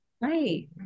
Right